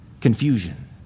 Confusion